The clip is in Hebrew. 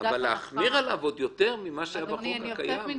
אבל להחמיר עליו עוד יותר לעומת מה שהיה בחוק הקיים?